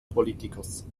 politikers